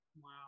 Wow